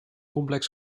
complex